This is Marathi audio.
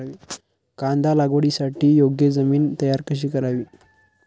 कांदा लागवडीसाठी योग्य जमीन तयार कशी करावी?